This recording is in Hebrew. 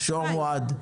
שור מועד.